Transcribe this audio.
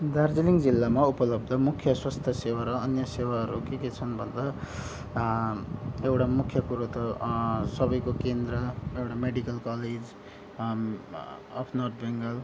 दार्जिलिङ जिल्लामा उपलब्ध मुख्य स्वास्थ्य सेवा र अन्य सेवाहरू के के छन् भन्दा एउटा मुख्य कुरो त सबैको केन्द्र एउटा medical college of North Bengal